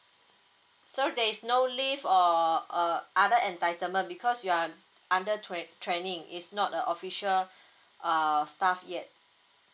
so there is no leave or err other entitlement because you are under trai~ training is not a official err staff yet